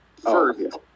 first